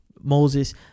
Moses